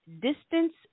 distance